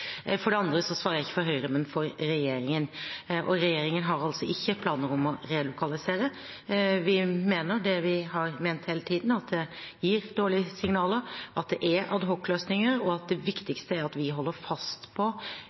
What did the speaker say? For det andre svarer jeg ikke for Høyre, men for regjeringen, og regjeringen har ikke planer om å relokalisere. Vi mener det vi har ment hele tiden, at det gir dårlige signaler, at det er adhocløsninger, og at det viktigste er at vi holder fast på